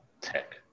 tech